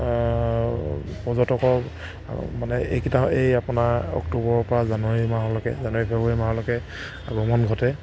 পৰ্যটকৰ মানে এইকেইটা এই আপোনাৰ অক্টোবৰৰ পৰা জানুৱাৰী মাহলৈকে জানুৱাৰী ফেব্ৰুৱাৰী মাহলৈকে আগমণ ঘটে